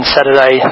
Saturday